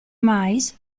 mais